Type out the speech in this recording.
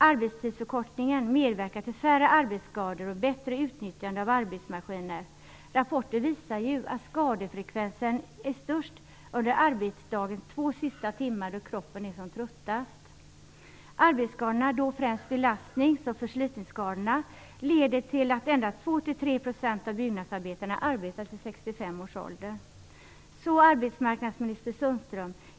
Arbetstidsförkortningen medverkar till färre arbetsskador och bättre utnyttjande av arbetsmaskiner. Rapporter visar att skadefrekvensen är störst under arbetsdagens två sista timmar då kroppen är som tröttast. Arbetsskadorna, och då främst belastnings och förslitningsskadorna, leder till att endast 2-3 % av byggnadsarbetarna arbetar till 65 Arbetsmarknadsminister Sundström!